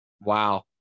Wow